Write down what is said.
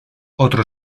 otro